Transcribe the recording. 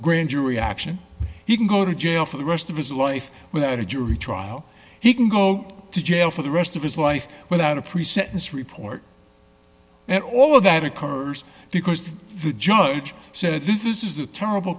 reaction he can go to jail for the rest of his life without a jury trial he can go to jail for the rest of his life without a pre sentence report all of that occurs because the judge said this is a terrible